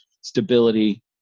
stability